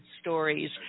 stories